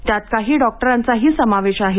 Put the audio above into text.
त्यात काही डॉक्टरांचाही समावेश आहे